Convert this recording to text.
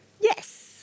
Yes